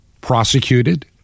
prosecuted